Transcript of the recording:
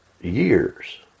Years